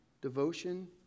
devotion